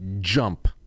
Jump